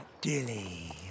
dilly